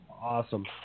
Awesome